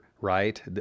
right